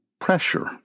pressure